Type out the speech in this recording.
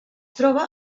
troba